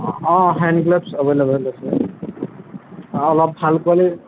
অঁ hand gloves available আছে অলপ ভাল কোৱালিটিৰ